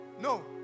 No